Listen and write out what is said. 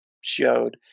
showed